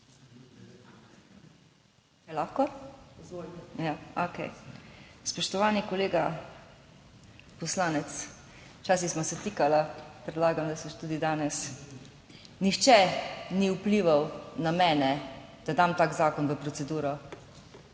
Lahko? Okej, spoštovani kolega poslanec, včasih sva se tikala, predlagam, da se tudi danes. Nihče ni vplival na mene, da dam tak zakon v proceduro.